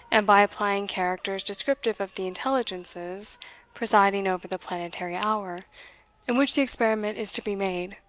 and by applying characters descriptive of the intelligences presiding over the planetary hour in which the experiment is to be made